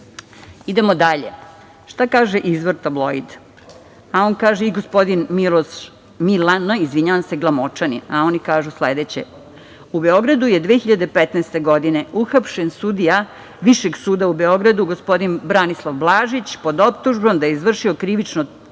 se. Idemo dalje. Šta kaže izvor „Tabloid“ i gospodin Milan Glamočanin? Oni kažu sledeće - u Beogradu je 2015. godine uhapšen sudija Višeg suda u Beogradu, gospodin Branislav Blažić, pod optužbom da je izvršio krivično